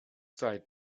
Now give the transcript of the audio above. sei